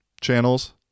channels